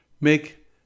make